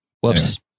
Whoops